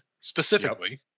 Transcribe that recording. specifically